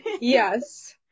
Yes